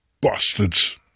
Bastards